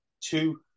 two